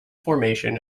formation